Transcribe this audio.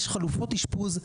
יש חלופות אשפוז,